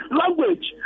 language